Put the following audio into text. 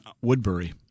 Woodbury